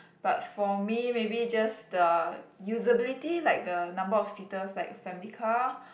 but for me maybe just the usability like the number of seaters like family car